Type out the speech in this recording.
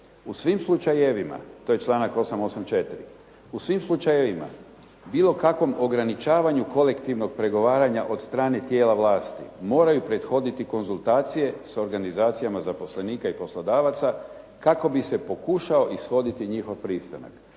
"U svim slučajevima bilo kakvom ograničavanju kolektivnog pregovaranja od strane tijela vlasti moraju prethoditi konzultacije s organizacijama zaposlenika i poslodavaca kako bi se pokušao ishoditi njihov pristanak.".